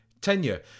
tenure